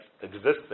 existing